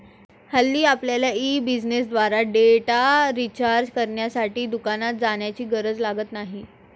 हल्ली आपल्यला ई बिझनेसद्वारे डेटा रिचार्ज करण्यासाठी दुकानात जाण्याची गरज लागत नाही